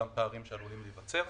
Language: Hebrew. אותם פערים שעלולים להיווצר.